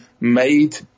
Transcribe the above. made